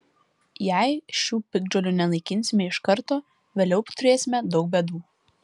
jei šių piktžolių nenaikinsime iš karto vėliau turėsime daug bėdų